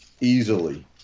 easily